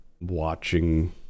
watching